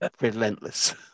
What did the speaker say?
relentless